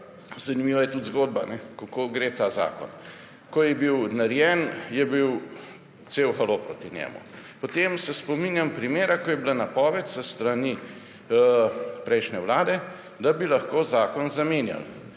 Zanimiva je tudi zgodba, kako gre ta zakon. Ko je bil narejen, je bil cel halo proti njemu. Potem se spominjam primera, ko je bila napoved s strani prejšnje vlade, da bi lahko zakon zamenjali.